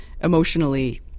emotionally